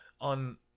on